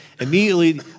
Immediately